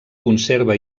conserva